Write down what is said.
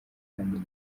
kandi